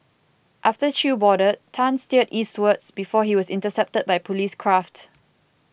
after Chew boarded Tan steered eastwards before he was intercepted by police craft